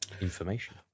information